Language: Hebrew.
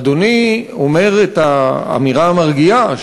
אדוני אומר את האמירה המרגיעה,